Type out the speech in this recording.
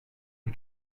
des